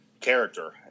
character